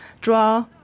draw